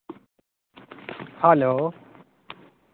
hello